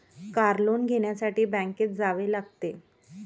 car loan घेण्यासाठी बँकेत जावे लागते